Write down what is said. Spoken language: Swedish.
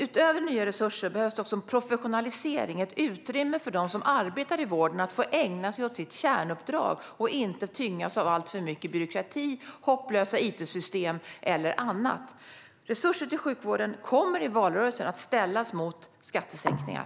Utöver nya resurser behövs en professionalisering - ett utrymme för dem som arbetar i vården att få ägna sig åt sitt kärnuppdrag och inte tyngas av alltför mycket byråkrati, hopplösa it-system och annat. Resurser till sjukvården kommer i valrörelsen att ställas mot skattesänkningar.